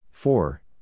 Four